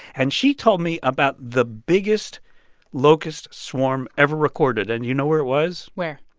and she told me about the biggest locust swarm ever recorded. and you know where it was? where?